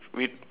we